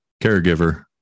caregiver